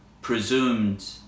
presumed